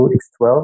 x12